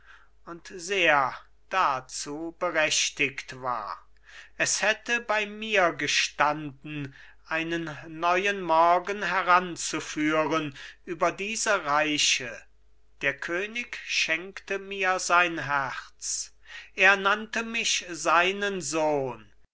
und sehr dazu berechtigt war es hätte bei mir gestanden einen neuen morgen heraufzuführen über diese reiche der könig schenkte mir sein herz er nannte mich seinen sohn